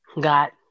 got